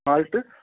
malt